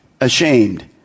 ashamed